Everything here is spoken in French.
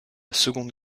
seconde